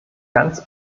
ganz